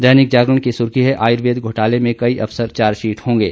दैनिक जागरण की सुर्खी है आयुर्वेद घोटाले में कई अफसर चार्जशीट होंगे